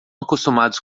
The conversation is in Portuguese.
acostumados